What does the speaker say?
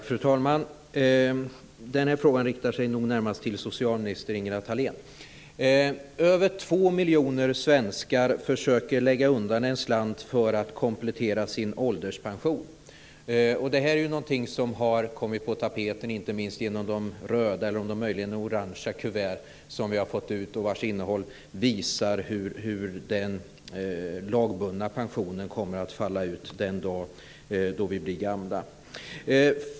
Fru talman! Den här frågan riktar sig närmast till statsrådet Ingela Thalén. Över två miljoner svenskar försöker lägga undan en slant för att komplettera sin ålderspension. Det här är någonting som har kommit på tapeten inte minst genom de röda, eller om de möjligen är orange, kuvert som vi har fått och vars innehåll visar hur den lagbundna pensionen kommer att falla ut den dag vi blir gamla.